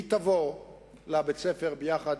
והיא תבוא לבית-הספר יחד